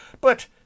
But—